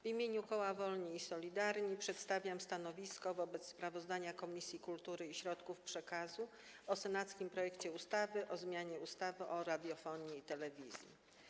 W imieniu koła Wolni i Solidarni przedstawiam stanowisko wobec sprawozdania Komisji Kultury i Środków Przekazu o senackim projekcie ustawy o zmianie ustawy o radiofonii i telewizji.